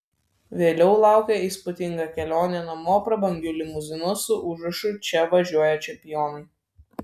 vėliau laukė įspūdinga kelionė namo prabangiu limuzinu su užrašu čia važiuoja čempionai